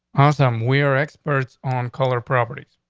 awesome. we're experts on color properties.